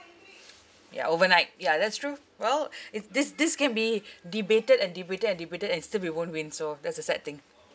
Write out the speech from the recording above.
ya overnight ya that's true well i~ this this can be debated and debated and debated and still we won't win so that's the sad thing